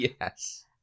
Yes